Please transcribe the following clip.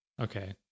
Okay